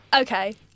Okay